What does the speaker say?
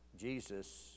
Jesus